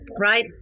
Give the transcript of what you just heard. Right